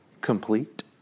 Complete